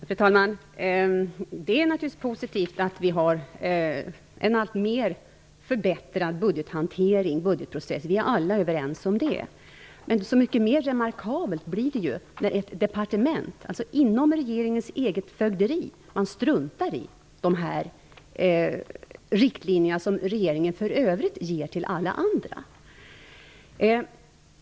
Fru talman! Det är naturligtvis positivt att vi har en alltmer förbättrad budgetprocess. Vi är alla överens om det. Men så mycket mer remarkabelt blir det ju när man inom ett departement, alltså inom regeringens eget fögderi, struntar i de riktlinjer som regeringen för övrigt ger till alla andra.